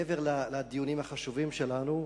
מעבר לדיונים החשובים שלנו,